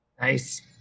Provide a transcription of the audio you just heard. Nice